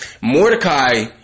Mordecai